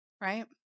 right